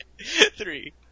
Three